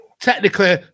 technically